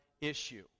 issue